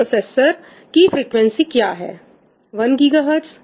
तो प्रोसेसर की फ्रीक्वेंसी क्या है 1गीगाहर्टज